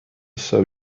sell